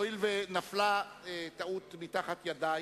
הואיל ונפלה טעות מתחת ידי,